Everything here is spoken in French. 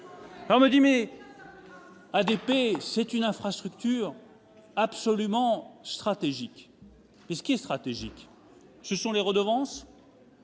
Alors on me dit :« ADP, c'est une infrastructure absolument stratégique. » Ce qui est stratégique, ce sont les redevances-